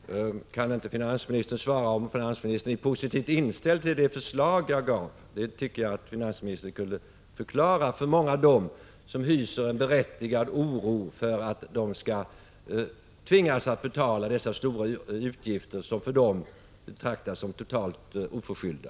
Fru talman! Kan inte finansministern svara om finansministern är positivt inställd till det förslag jag förde fram? Jag tycker att finansministern kunde förklara detta för de många som hyser en berättigad oro att de skall tvingas till dessa stora utgifter, som för dem kan betraktas som totalt oförskyllda.